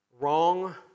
wrong